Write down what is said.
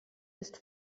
ist